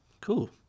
Cool